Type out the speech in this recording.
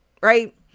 Right